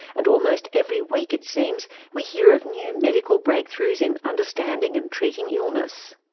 and almost every week, it seems, we hear of new medical breakthroughs in understanding and treating illness.